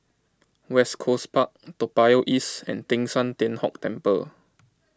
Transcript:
West Coast Park Toa Payoh East and Teng San Tian Hock Temple